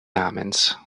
namens